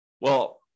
well-